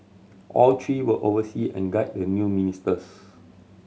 all three will oversee and guide the new ministers